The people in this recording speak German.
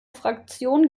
fraktion